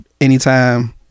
anytime